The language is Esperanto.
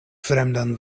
fremdan